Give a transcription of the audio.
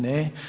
Ne.